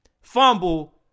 fumble